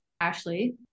Ashley